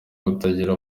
kutagira